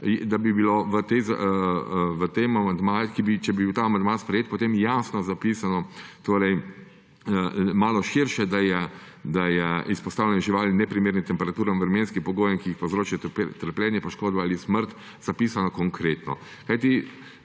da bi bilo v tem amandmaju, če bi bil ta amandma sprejet, potem jasno zapisano, torej malo širše, da je izpostavljanje živali neprimernim temperaturam, vremenskim pogojem, ki jim povzroča trpljenje, poškodbe ali smrt, zapisano konkretno.